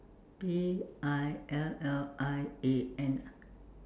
A I L L I A N ah